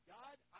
God